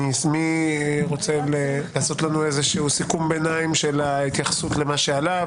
מי רוצה לעשות לנו איזשהו סיכום ביניים לגבי ההתייחסויות שעלו,